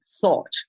thought